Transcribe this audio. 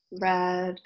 red